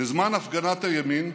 בזמן הפגנת הימין,